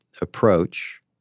approach